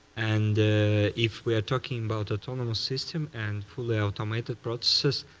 and if we are talking about autonomous system and fully automated processes,